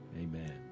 amen